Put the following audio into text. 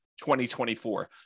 2024